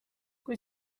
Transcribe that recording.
kui